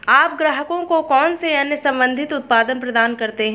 आप ग्राहकों को कौन से अन्य संबंधित उत्पाद प्रदान करते हैं?